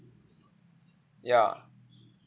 ya